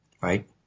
right